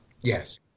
Yes